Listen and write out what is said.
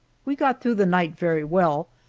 we got through the night very well,